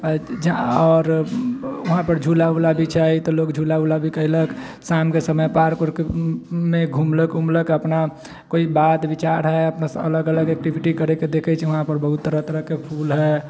आओर वहाँपर झूला वूला भी छै तऽ लोक झूला वूला भी केलक शामके समय पार्के उर्कमे घुमलक वुमलक अपना कोइ बात विचार हइ बस अलग अलग एक्टिविटी करैके देखै छिए वहाँपर बहुत तरह तरहके फूल हइ